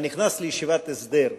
אתה נכנס לישיבת הסדר,